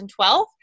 2012